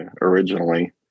originally